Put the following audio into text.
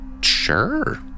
Sure